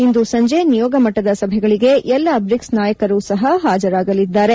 ಇಂದು ಸಂಜೆ ನಿಯೋಗಮಟ್ಟದ ಸಭೆಗಳಿಗೆ ಎಲ್ಲಾ ಬ್ರಿಕ್ಪ್ ನಾಯಕರೂ ಸಹ ಹಾಜರಾಗಲಿದ್ದಾರೆ